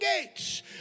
gates